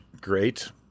great